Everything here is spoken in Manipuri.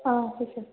ꯑꯥ ꯍꯣꯏ ꯁꯥꯔ